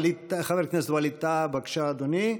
חבר הכנסת ווליד טאהא, בבקשה, אדוני,